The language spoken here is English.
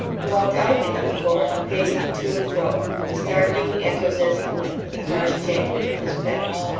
he walked out into the court and paced it to and fro startling the echoes, as he went, with the harsh jangling of his fetters.